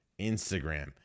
Instagram